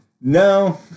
No